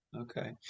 okay